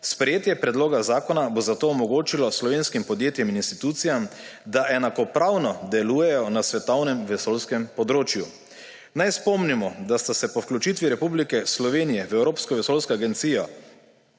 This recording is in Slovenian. Sprejetje predloga zakona bo zato omogočilo slovenskim podjetjem in institucijam, da enakopravno delujejo na svetovnem vesoljskem področju. Naj spomnimo, da sta bila po vključitvi Republike Slovenije v Evropsko vesoljsko agencijo